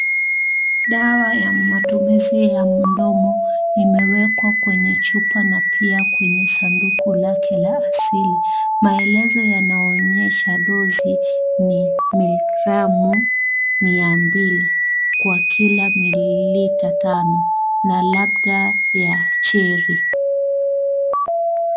Dawa ya matumizi ya mdomo imewekwa kwenye chupa na pia kwenye sanduku lake la asili. Maelezo yanaonyesha dosi ni miligramu mia mbili kwa kila mililita tano na labda ya Cheri.